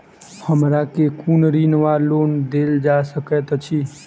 हमरा केँ कुन ऋण वा लोन देल जा सकैत अछि?